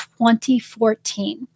2014